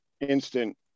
instant